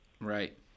right